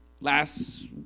Last